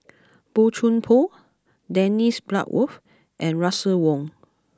Boey Chuan Poh Dennis Bloodworth and Russel Wong